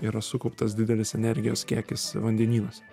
yra sukauptas didelis energijos kiekis vandenynuose